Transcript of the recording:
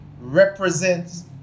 represents